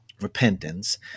Repentance